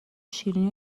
شیرینی